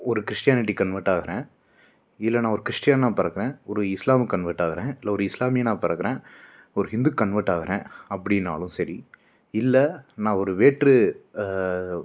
ஒரு Christianity convert ஆகுறேன் இல்லை நான் ஒரு கிறிஷ்டியனாக பிறக்கறேன் ஒரு இஸ்லாமுக்கு கன்வெர்ட் ஆகுறேன் இல்லை ஒரு இஸ்லாமியனாக பிறக்கறேன் ஒரு ஹிந்துக்கு கன்வெர்ட் ஆகுறேன் அப்படின்னாலும் சரி இல்லை நான் ஒரு வேற்று